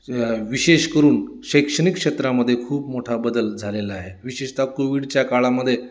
विशेष करून शैक्षणिक क्षेत्रामध्ये खूप मोठा बदल झालेला आहे विशेषताः कोविडच्या काळामध्ये